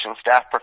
staff